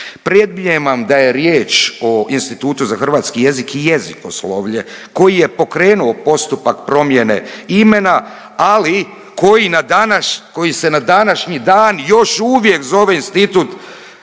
predmnijevam da je riječ o Institutu za hrvatski jezik i jezikoslovlje koji je pokrenuo postupak promjene imena, ali koji se na današnji dan još uvijek zove Institut